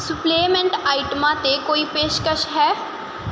supplement ਆਇਟਮਾਂ 'ਤੇ ਕੋਈ ਪੇਸ਼ਕਸ਼ ਹੈ